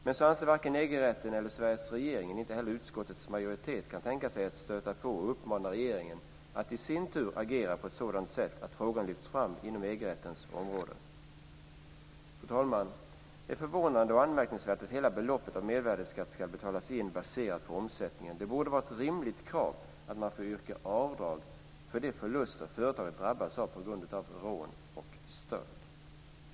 Men det anser varken EG-rätten eller Sveriges regering, och utskottets majoritet kan inte heller tänka sig att stöta på och uppmana regeringen att i sin tur agera på ett sådant sätt att frågan lyfts fram på EG-rättens område. Fru talman! Det är förvånande och anmärkningsvärt att hela mervärdesskatten baserat på omsättningen ska betalas in. Det borde vara ett rimligt krav att man får yrka avdrag för de förluster företaget drabbats av på grund av rån och stöld.